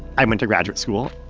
i went to graduate school.